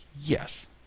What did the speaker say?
yes